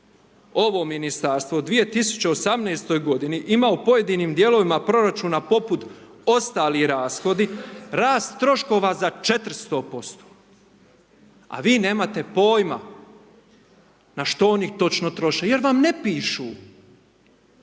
Ovo ministarstvo u 2018. godini ima u pojedinim dijelovima proračuna poput ostali rashodi rast troškova za 400% a vi nemate pojma na što oni to točno troše jer vam ne pišu,